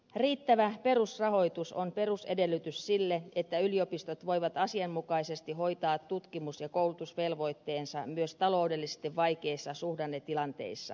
riittävä perusrahoitus on perusedellytys sille että yliopistot voivat asianmukaisesti hoitaa tutkimus ja koulutusvelvoitteensa myös taloudellisesti vaikeissa suhdannetilanteissa